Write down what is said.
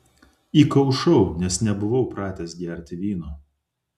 įkaušau nes nebuvau pratęs gerti vyno